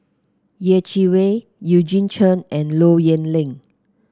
Yeh Chi Wei Eugene Chen and Low Yen Ling